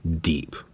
Deep